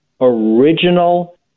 original